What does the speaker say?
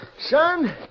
Son